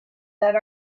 that